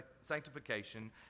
sanctification